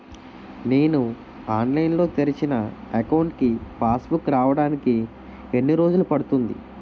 నేను ఆన్లైన్ లో తెరిచిన అకౌంట్ కి పాస్ బుక్ రావడానికి ఎన్ని రోజులు పడుతుంది?